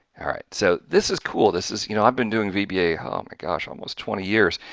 all right! so, this is cool. this is, you know i've been doing vba, oh my gosh almost twenty years,